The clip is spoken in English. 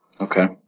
Okay